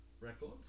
Records